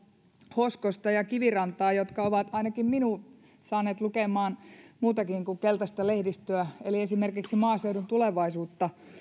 hoskonen ja ja kiviranta jotka ovat ainakin minut saaneet lukemaan muutakin kuin keltaista lehdistöä eli esimerkiksi maaseudun tulevaisuutta